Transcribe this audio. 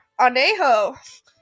Anejo